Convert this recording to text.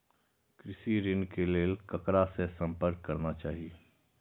कृषि ऋण के लेल ककरा से संपर्क करना चाही?